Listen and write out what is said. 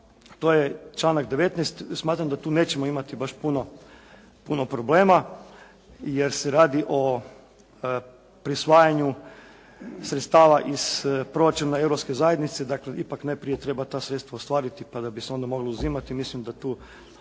to je članak 19. Smatramo da tu nećemo imati baš puno problema jer se radi o prisvajanju sredstava iz proračuna Europske zajednice, dakle ipak najprije treba ta sredstva ostvariti pa da bi se onda moglo uzimati, mislim da tu